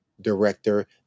director